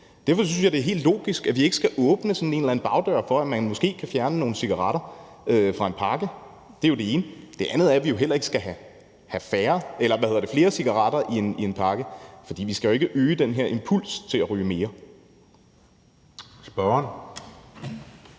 Derfor synes jeg, det er helt logisk, at vi ikke skal åbne sådan en eller anden bagdør for, at man måske kan fjerne nogle cigaretter fra en pakke. Det var det ene. Det andet er, at vi jo heller ikke skal have flere cigaretter i en pakke, fordi vi jo heller ikke skal øge den her impuls til at ryge mere. Kl.